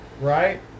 Right